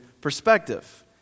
perspective